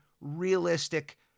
realistic